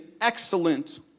excellent